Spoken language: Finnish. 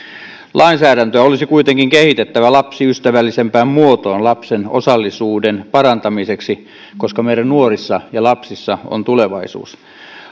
lainsäädäntöä olisi kuitenkin kehitettävä lapsiystävällisempään muotoon lapsen osallisuuden parantamiseksi koska meidän nuorissa ja lapsissa on tulevaisuus